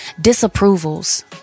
disapprovals